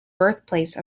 birthplace